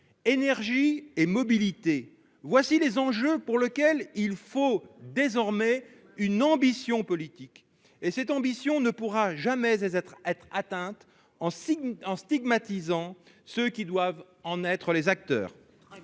énergies et mobilités. Tels sont les enjeux pour lesquels il faut désormais une ambition politique. Cette ambition ne pourra jamais être atteinte en stigmatisant ceux qui doivent en être les acteurs.